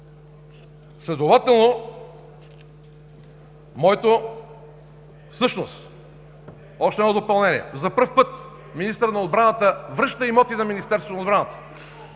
и това не е вярно. Още едно допълнение. За пръв път министър на отбраната връща имоти на Министерството на отбраната.